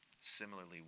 Similarly